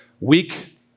Weak